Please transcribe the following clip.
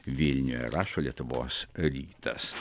vilniuje rašo lietuvos rytas